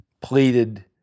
pleaded